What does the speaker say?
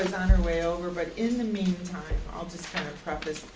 on her way over, but in the meantime, i'll just kind of preface.